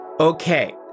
Okay